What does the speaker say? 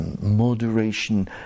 moderation